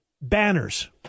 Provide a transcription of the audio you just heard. Banners